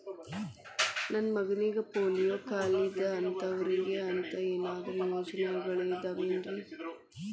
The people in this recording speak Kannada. ನನ್ನ ಮಗನಿಗ ಪೋಲಿಯೋ ಕಾಲಿದೆ ಅಂತವರಿಗ ಅಂತ ಏನಾದರೂ ಯೋಜನೆಗಳಿದಾವೇನ್ರಿ?